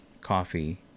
coffee